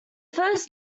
first